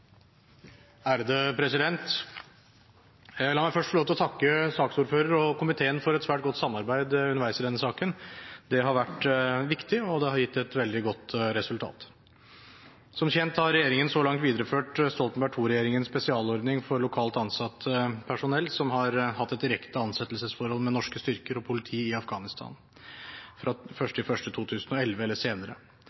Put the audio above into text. La meg først få lov til å takke saksordføreren og komiteen for et svært godt samarbeid underveis i denne saken. Det har vært viktig, og det har gitt et veldig godt resultat. Som kjent har regjeringen så langt videreført Stoltenberg II-regjeringens spesialordning for lokalt ansatt personell som har hatt et direkte ansettelsesforhold med norske styrker og politi i Afghanistan fra 1. januar 2011 eller senere.